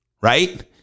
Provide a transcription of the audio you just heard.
right